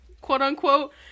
quote-unquote